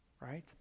right